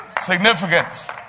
significance